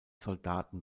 soldaten